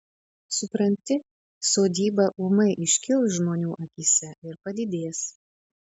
supranti sodyba ūmai iškils žmonių akyse ir padidės